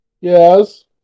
Yes